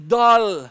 dull